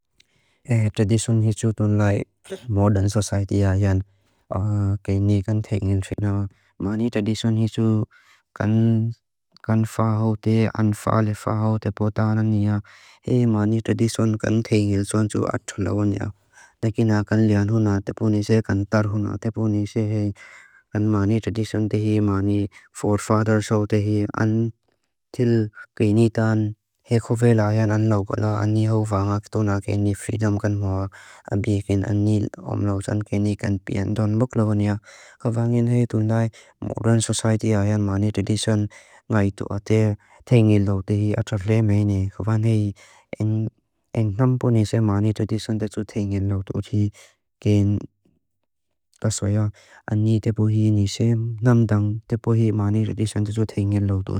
He tradición hiju tun lai modern society ayan k'ini kan teignil finawa. Mani tradición hiju kan faa hau te, an faa le faa hau te pota anan niya. He mani tradición kan teignil sonju atun lau anya. Tekina kan lean huna, te punise kan tar huna, te punise hei kan mani tradición te hi, mani forefathers hau te hi, an til k'ini tan he ko vela ayan an lau kola an ni hau faa nga k'tuna k'ini freedom kan mawa. Abi k'ini an ni om lau san k'ini kan pian ton muk lau anya. He faan an hei tun lai modern society ayan mani tradición nga i tu ate teignil lau te hi atar lea mei ne. He faan hei en nampunise mani tradición te ju teignil lau tu hi ken taswaya. An ni te punise namdang te punise mani tradición te ju teignil lau tu hi.